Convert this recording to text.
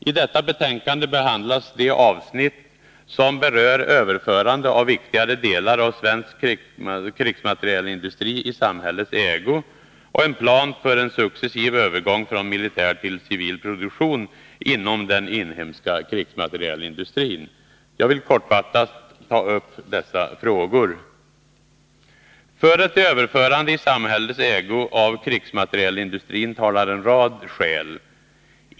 I detta betänkande behandlas de avsnitt som berör överförande av viktigare delar av svensk krigsmaterielindustri i samhällets ägo och en plan för en successiv övergång från militär till civil produktion inom den inhemska krigsmaterielindustrin. Jag vill kortfattat ta upp dessa frågor. För ett överförande i samhällets ägo av krigsmaterielindustrin talar en rad skäl.